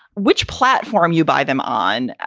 which platform you buy them on?